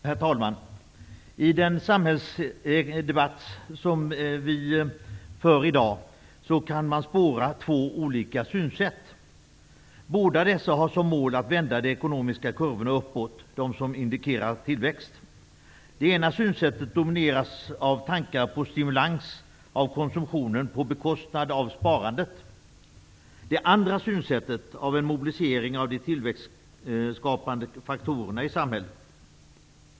Herr talman! I den samhällsdebatt som vi för i dag kan man spåra två olika synsätt. Båda dessa har som mål att vända de ekonomiska kurvorna uppåt, dem som indikerar tillväxt. Det ena synsättet domineras av tankar på stimulans av konsumtionen på bekostnad av sparandet. Det andra synsättet domineras av en mobilisering av de tillväxtskapande faktorerna i samhället.